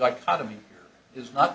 like out of me is not